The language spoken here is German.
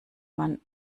man